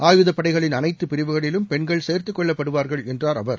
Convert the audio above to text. ஆயுத படைகளின் அனைத்து பிரிவுகளிலும் பெண்கள் சேர்த்துக் கொள்ளப்படுவா்கள் என்றார் அவர்